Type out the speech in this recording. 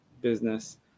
business